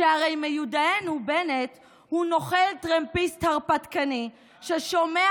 שהרי מיודענו בנט הוא נוכל טרמפיסט הרפתקני ששומע